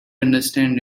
understand